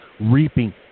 reaping